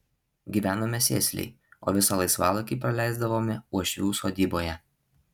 gyvenome sėsliai o visą laisvalaikį praleisdavome uošvių sodyboje